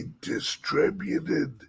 distributed